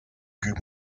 group